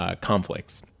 conflicts